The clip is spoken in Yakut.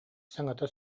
саҥата